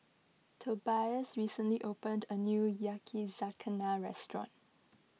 Tobias recently opened a new Yakizakana restaurant